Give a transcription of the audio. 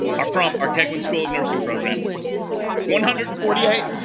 are from our tech wing school of nursing program one hundred and forty eight